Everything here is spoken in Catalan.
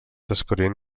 descobrint